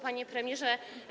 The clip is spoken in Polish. Panie Premierze!